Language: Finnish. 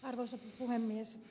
arvoisa puhemies